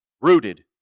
rooted